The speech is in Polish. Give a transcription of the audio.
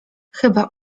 chyba